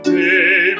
day